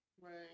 Right